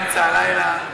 אמצע הלילה.